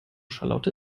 charlotte